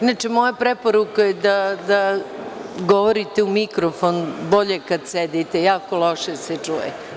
Inače moja preporuka je da govorite u mikrofon i bolje je kada sedite, jako loše se čuje.